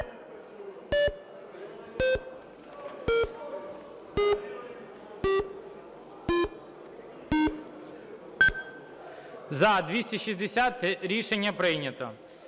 За-260 Рішення прийнято.